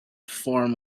form